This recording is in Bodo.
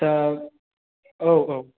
दा औ औ